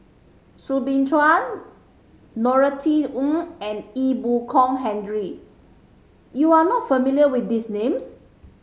Soo Bin Chua Norothy Ng and Ee Boon Kong Henry you are not familiar with these names